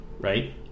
right